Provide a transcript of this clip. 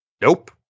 Nope